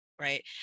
Right